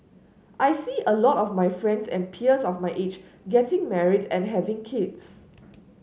I see a lot of my friends and peers of my age getting married and having kids